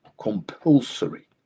compulsory